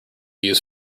used